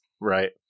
Right